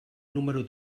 número